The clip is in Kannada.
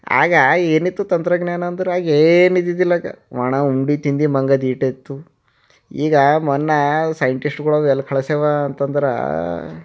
ಆಗ ಏನಿತ್ತು ತಂತ್ರಜ್ಞಾನ ಅಂದ್ರೆ ಏನಿದಿದ್ದಿಲ್ಲಾಗ ಒಣ ಉಂಡು ತಿಂದು ಮನಗದು ಈಟೆ ಇತ್ತು ಈಗ ಮೊನ್ನೆ ಸೈಂಟಿಸ್ಟ್ಗಳಗ ಎಲ್ಲಿ ಕಳಿಸ್ಯಾವ ಅಂತಂದ್ರೆ